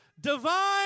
divine